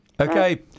Okay